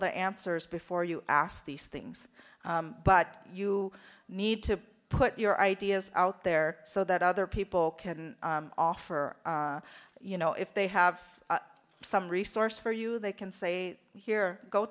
the answers before you ask these things but you need to put your ideas out there so that other people can offer you know if they have some resource for you they can say here go